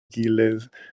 gilydd